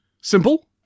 simple